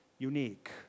unique